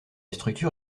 structure